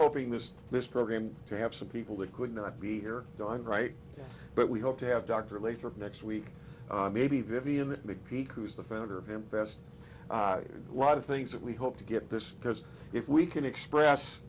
hoping this this program to have some people that could not be here right but we hope to have dr laith work next week maybe vivian mcpeak who is the founder of invest a lot of things that we hope to get this because if we can express